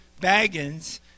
Baggins